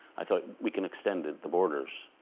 i thought we can extend the borders,